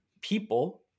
people